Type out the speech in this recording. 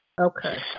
Okay